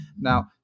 Now